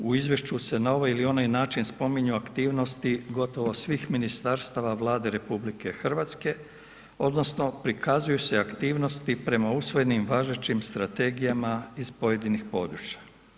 U izvješću se na ovaj ili onaj način spominju aktivnosti gotovo svih ministarstava Vlade RH odnosno prikazuju se aktivnosti prema usvojenim važećim strategijama iz pojedinih područja.